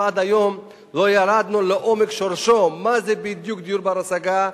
ועד היום לא ירדנו לעומק ולשורש העניין מה זה בדיוק דיור בר-השגה,